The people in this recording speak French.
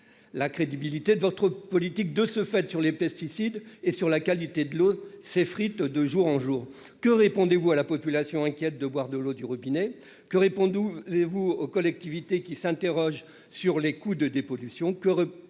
la crédibilité de votre politique en matière de pesticides et de qualité de l'eau s'effrite de jour en jour. Que répondez-vous à la population inquiète de boire de l'eau du robinet ? Que répondez-vous aux collectivités qui s'interrogent sur les coûts de dépollution ?